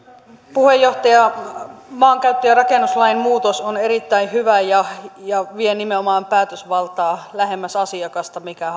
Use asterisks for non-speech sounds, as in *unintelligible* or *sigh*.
puheenjohtaja maankäyttö ja rakennuslain muutos on erittäin hyvä ja ja vie nimenomaan päätösvaltaa lähemmäs asiakasta mikä *unintelligible*